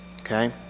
okay